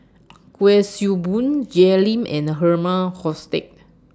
Kuik Swee Boon Jay Lim and Herman Hochstadt